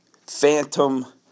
phantom